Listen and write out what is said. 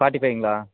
forty ஃபைவ்ங்களா